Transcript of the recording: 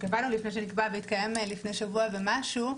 והתקיים לפני שבוע ומשהו,